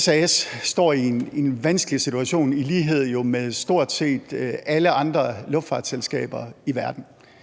SAS står i en vanskelig situation jo i lighed med stort set alle andre luftfartsselskaber i verden.